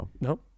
no